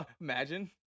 Imagine